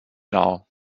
now